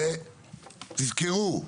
ותזכרו,